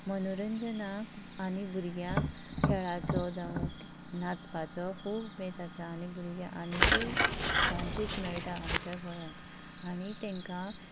मनोरंजनाक आनी भुरग्यांक खेळाचो जावूं नाचपाचो खूब उमेद आसा आनी भुरग्यांक आनिकय चांजीस मेळटा आमच्या गोंयांत आनी तेंकां